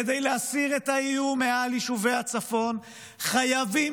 כדי להסיר את האיום מעל יישובי הצפון חייבים